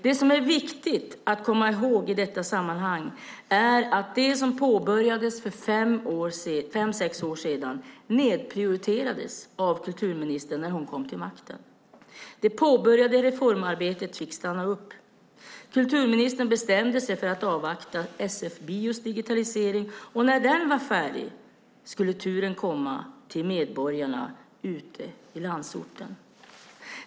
Det som är viktigt att komma ihåg i detta sammanhang är att det som påbörjades för fem sex år sedan nedprioriterades av kulturministern när hon kom till makten. Det påbörjade reformarbetet fick stanna upp. Kulturministern bestämde sig för att avvakta SF-bios digitalisering. När den var färdig skulle turen komma till medborgarna ute i landsorten.